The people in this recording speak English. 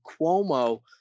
cuomo